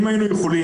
אם היינו יכולים